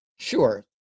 Sure